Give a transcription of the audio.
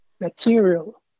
material